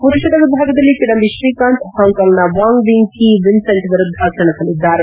ಪುರುಷರ ವಿಭಾಗದಲ್ಲಿ ಕಿಡಂಬಿ ತ್ರೀಕಾಂತ್ ಹಾಂಕಾಂಗ್ನ ವಾಂಗ್ ವಿಂಗ್ ಕಿ ವಿನ್ನೆಂಟ್ ವಿರುದ್ದ ಸೆಣಸಲಿದ್ದಾರೆ